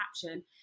caption